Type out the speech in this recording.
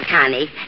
Connie